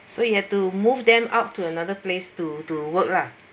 so you have to move them up to another place to to work lah